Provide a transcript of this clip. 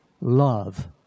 love